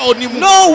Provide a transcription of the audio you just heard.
no